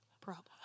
problem